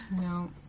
No